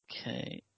Okay